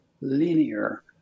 linear